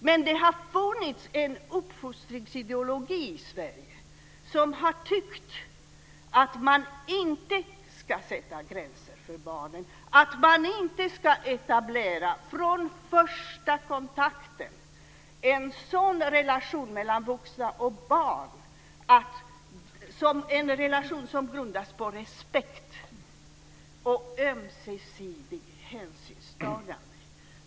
Men det har funnits en uppfostringsideologi i Sverige där man har tyckt att man inte ska sätta gränser för barnen, att man inte från första kontakten ska etablera en sådan relation mellan vuxna och barn som grundas på respekt och ömsesidigt hänsynstagande.